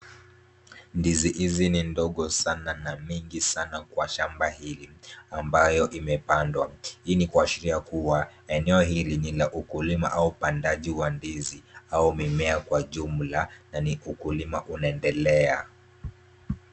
Ndizi hizi ni ndogo sana na mingi sana kwa shamba hili ambayo imepandwa. Hii ni kuashiria kuwa eneo hili ni la ukulima au upandaji wa ndizi au mimea kwa jumla na ni ukulima unaendelea.